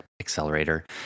accelerator